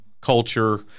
culture